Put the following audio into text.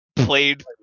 played